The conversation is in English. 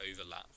overlap